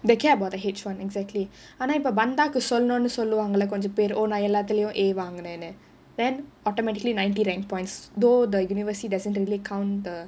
they care about the H one exactly ஆனா இப்போ பந்தாக்கு சொல்லனும்னு சொல்லுவாங்கல கொஞ்ச பேரு நான் எல்லாத்தலையும் வாங்குனேன்னு:aanaa ippo bandhaakku sollanumnu solluvaangalaa konja paeru naan ellaathalaiyum vaangunaennu then automatically ninety nine points though the university doesn't really count the